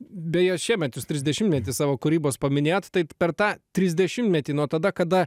beje šiemet jūs trisdešimtmetį savo kūrybos paminėjot tai per tą trisdešimtmetį nuo tada kada